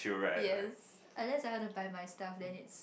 yes I just decided to buy my stuff then it's